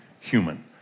human